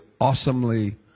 awesomely